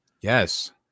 Yes